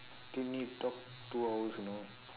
still need to talk two hours you know